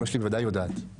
אימא שלי ודאי יודעת,